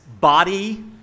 body